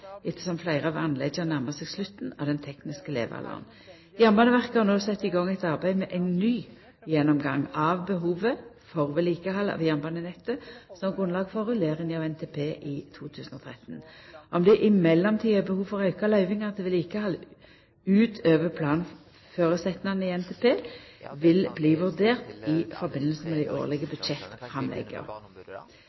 ettersom fleire av anlegga nærmar seg slutten av den tekniske levealderen. Jernbaneverket har no sett i gang eit arbeid med ein ny gjennomgang av behovet for vedlikehald av jernbanenettet, som grunnlag for rulleringa av NTP i 2013. Om det i mellomtida er behov for å auka løyvingane til vedlikehald utover planføresetnadene i NTP, vil bli vurdert i samband med dei årlege